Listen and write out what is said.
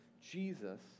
Jesus